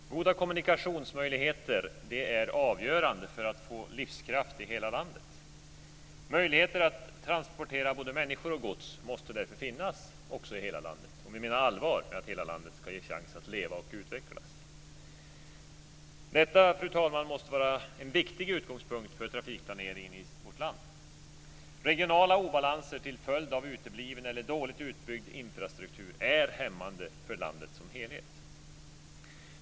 Fru talman! Goda kommunikationsmöjligheter är avgörande för att man ska få livskraft i hela landet. Möjligheter att transportera både människor och gods måste därför finnas i hela landet om vi menar allvar med att hela landet ska ha en chans att leva och utvecklas. Detta, fru talman, måste vara en viktig utgångspunkt för trafikplaneringen i vårt land. Regionala obalanser till följd av utebliven eller dåligt utbyggd infrastruktur är hämmande för landet som helhet.